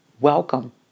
Welcome